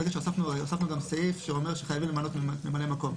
ונראה לי שהוספנו סעיף שאומר שחייבים למלא ממלא מקום,